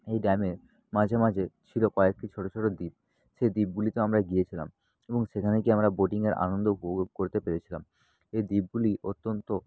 এই ড্যামে মাঝে মাঝে ছিল কয়েকটি ছোট ছোট দ্বীপ সেই দ্বীপগুলিতেও আমরা গিয়েছিলাম এবং সেখানে গিয়ে আমরা বোটিংয়ের আনন্দ উপভোগ করতে পেরেছিলাম এই দ্বীপগুলি অত্যন্ত